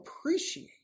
appreciate